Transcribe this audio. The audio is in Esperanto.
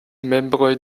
membroj